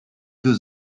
deux